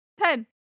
Ten